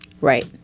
Right